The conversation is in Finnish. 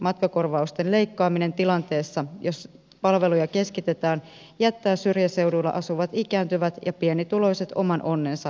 matkakorvausten leikkaaminen tilanteessa jossa palveluja keskitetään jättää syrjäseuduilla asuvat ikääntyvät ja pienituloiset oman onnensa nojaan